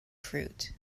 fruit